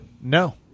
no